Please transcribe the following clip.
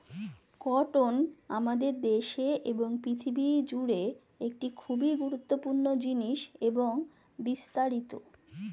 cotton আমাদের দেশে এবং পৃথিবী জুড়ে একটি খুবই গুরুত্বপূর্ণ জিনিস এবং বিস্তারিত